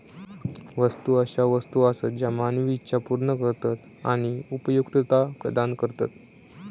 वस्तू अशा वस्तू आसत ज्या मानवी इच्छा पूर्ण करतत आणि उपयुक्तता प्रदान करतत